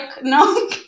No